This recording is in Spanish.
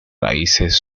raíces